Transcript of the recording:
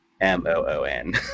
m-o-o-n